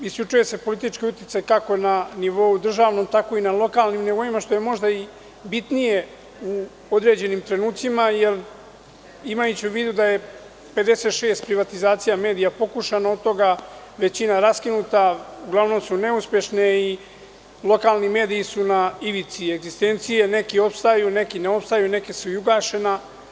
Isključuje se politički uticaj kako na državnom nivou, tako i na lokalnim nivoima, što je možda i bitnije u određenim trenucima, imajući u vidu da je 56 privatizacija medija pokušano, a od toga većina raskinuta, ali uglavnom su neuspešne i lokalni mediji su na ivici egzistencije, neki opstaju, neki ne opstaju, a neki su i ugašeni.